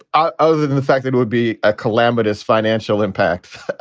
ah other than the fact that would be a calamitous financial impact.